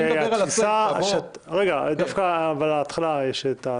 אני מדבר על --- דווקא בהתחלה יש.